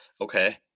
Okay